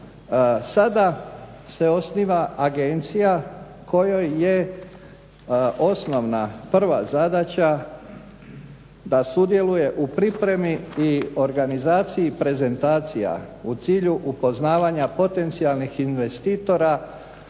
Sada se osniva agencija kojoj je osnovna prva zadaća da sudjeluje u pripremi i organizaciji prezentacija u cilju upoznavanja potencijalnih investitora